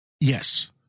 Yes